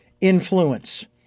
influence